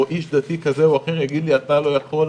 או איש דתי כזה או אחר יגיד לי אם אני יכול או לא יכול.